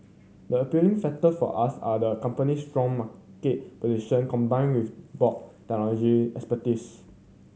the appealing factor for us are the company's strong market position combined with broad technological expertise